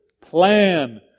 Plan